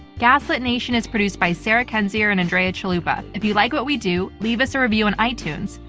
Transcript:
gaslit nation is produced by sarah kendzior and andrea chalupa. if you like what we do, leave us a review on itunes.